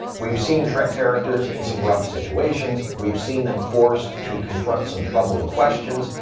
we've seen trek characters in some rough situations, we've seen them forced to confront some troubling questions,